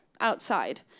outside